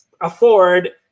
afford